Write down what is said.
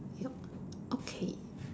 yup okay